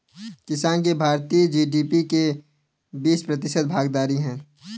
किसान की भारतीय जी.डी.पी में बीस प्रतिशत भागीदारी है